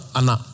ana